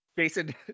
Jason